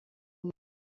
umuco